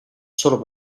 solo